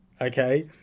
Okay